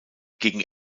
gegen